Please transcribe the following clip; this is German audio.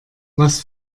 was